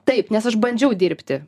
taip nes aš bandžiau dirbti